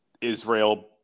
israel